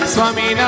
Swami